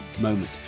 moment